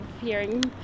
hearing